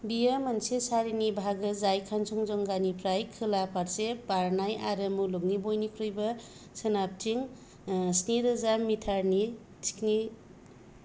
बियो मोनसे सारिनि बाहागो जाय कान्चनजंगानिफ्राय खोला फारसे बारनाय आरो मुलुगनि बयनिख्रुइबो सोनाबथिं स्नि रोजा मिटारनि थिखिनि